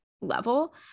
level